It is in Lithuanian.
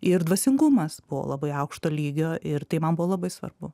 ir dvasingumas buvo labai aukšto lygio ir tai man buvo labai svarbu